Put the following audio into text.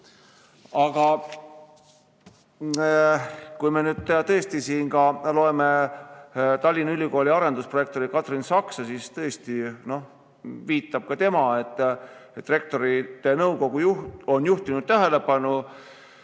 Aga kui me nüüd tõesti loeme Tallinna Ülikooli arendusprorektorit Katrin Saksa, siis viitab ka tema, et Rektorite Nõukogu juht on juhtinud tähelepanu